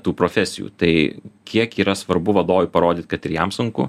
tų profesijų tai kiek yra svarbu vadovui parodyt kad ir jam sunku